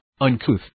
uncouth